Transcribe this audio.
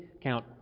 count